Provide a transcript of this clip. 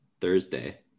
Thursday